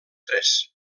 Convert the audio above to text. tres